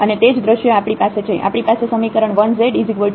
અને તે જ દ્રશ્ય આપણી પાસે છે